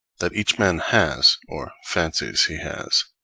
that each man has, or fancies he has,